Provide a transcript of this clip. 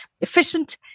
efficient